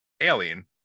alien